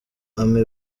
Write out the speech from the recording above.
amy